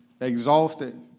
exhausted